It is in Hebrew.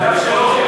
זה.